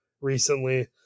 recently